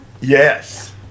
Yes